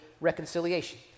reconciliation